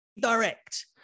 direct